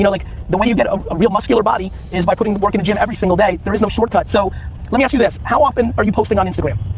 you know like the way you get a real muscular body is by putting the work in the gym every single day. there is no shortcuts. so let me ask you this, how often are you posting on instagram?